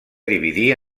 dividir